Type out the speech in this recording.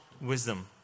wisdom